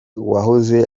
wahoze